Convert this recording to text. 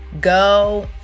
Go